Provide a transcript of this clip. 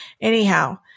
Anyhow